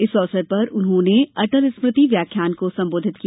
इस अवसर पर उन्होंने अटल स्मृति व्याख्यान को संबोधित किया